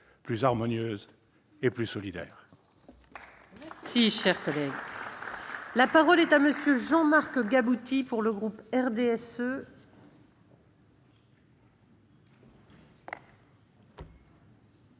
plus harmonieuse et plus solidaire.